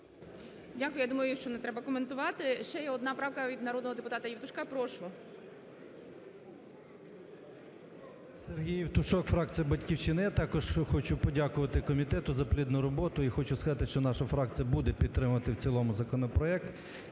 Дякую. Я думаю, що не треба коментувати. Ще є одна правка від народного депутата Євтушка. Прошу. 11:30:10 ЄВТУШОК С.М. Сергій Євтушок, Фракія "Батьківщина". Я також хочу подякувати комітету за плідну роботу і хочу сказати, що наша фракція буде підтримувати в цілому законопроект.